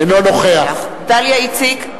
אינו נוכח דליה איציק,